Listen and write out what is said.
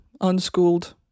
unschooled